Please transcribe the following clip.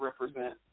represent